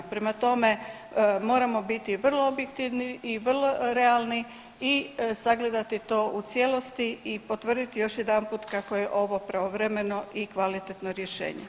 Prema tome, moramo biti vrlo objektivni i vrlo realni i sagledati to u cijelosti i potvrditi to još jedanput kako je ovo pravovremeno i kvalitetno rješenje.